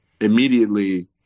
immediately